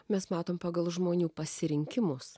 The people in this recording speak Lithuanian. mes matom pagal žmonių pasirinkimus